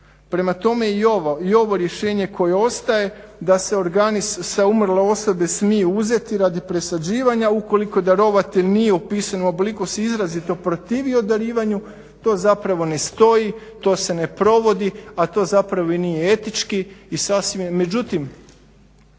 Prema tome i ovo rješenje koje ostaje da se organi sa umrle osobe smiju uzeti radi presađivanja ukoliko darovatelj nije upisan u obliku se izrazito protivio darivanju, to zapravo ne stoji, to se ne provodi a to zapravo i nije etički i sasvim je.